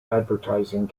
advertising